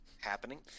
happening